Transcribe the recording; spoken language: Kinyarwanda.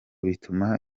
bituma